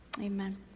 Amen